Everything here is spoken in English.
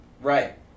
Right